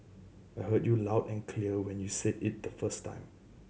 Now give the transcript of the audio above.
I heard you loud and clear when you said it the first time